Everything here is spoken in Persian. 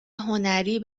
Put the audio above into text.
هنری